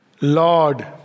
Lord